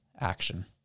Action